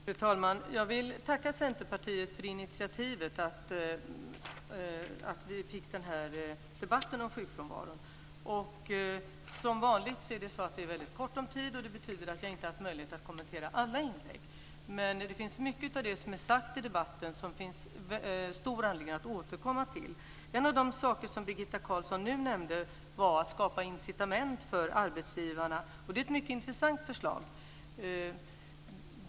Fru talman! Jag vill tacka Centerpartiet för initiativet till den här debatten om sjukfrånvaron. Som vanligt är det väldigt kort om tid, och det betyder att jag inte har haft möjlighet att kommentera alla inlägg. Men mycket av det som sagts i debatten finns det stor anledning att återkomma till. En av de saker som Birgitta Carlsson nu nämnde var att skapa incitament för arbetsgivarna. Det är ett mycket intressant förslag.